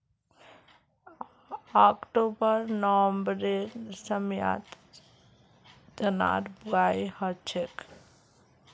October नवंबरेर समयत चनार बुवाई हछेक